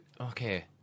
okay